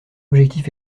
objectif